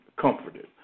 comforted